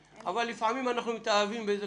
לפעמים אנחנו מתאהבים באיזושהי